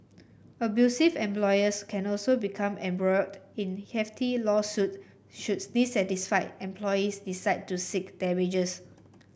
abusive employers can also become embroiled in hefty lawsuit should dissatisfied employees decide to seek damages